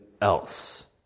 else